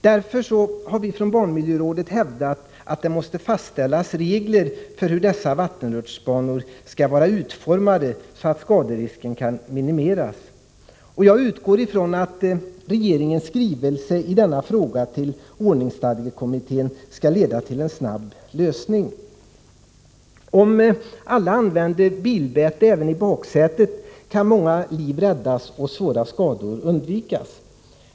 Därför har vi från barnmiljörådet hävdat att det måste fastställas regler för hur dessa vattenrutschbanor skall vara utformade så att skaderisken kan minimeras. Jag utgår ifrån att regeringens skrivelse i denna fråga till ordningsstadgekommittén skall leda till en snabb lösning. Om alla använder bilbälte även i baksätet, kan många liv räddas och svåra skador undvikas.